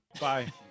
bye